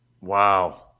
Wow